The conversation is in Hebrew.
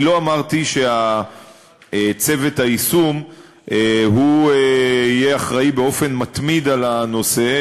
אני לא אמרתי שצוות היישום יהיה אחראי באופן מתמיד לנושא,